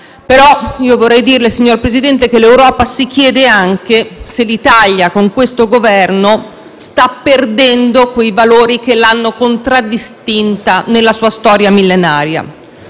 Europa, vorrei dirle che l'Europa si chiede anche se l'Italia, con questo Governo, stia perdendo quei valori che l'hanno contraddistinta nella sua storia millenaria.